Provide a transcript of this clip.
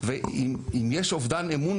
ואם יש אובדן אמון,